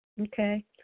Okay